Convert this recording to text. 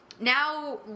Now